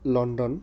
London